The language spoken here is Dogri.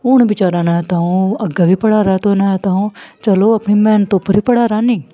हून बेचारा ना तां अ'ऊं अग्गें बी पढ़ा रा ते ना तां चलो अपनी मेह्नत उप्पर बी पढ़ा नी